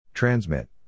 Transmit